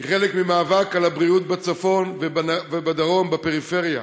כחלק ממאבק על הבריאות בצפון ובדרום בפריפריה.